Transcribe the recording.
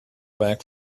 back